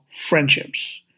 friendships